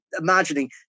imagining